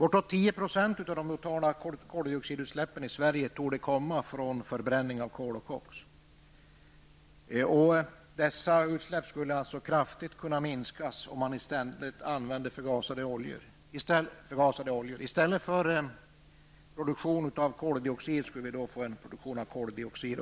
Av de totala koldioxidutsläppen i Sverige torde ca 10 % komma från förbränning av kol och koks. Dessa utsläpp skulle alltså kraftigt kunna minskas om man i stället använder förgasade oljor. Då skulle vi få produktion av koldioxid och vatten i stället för en produktion av enbart koldioxid.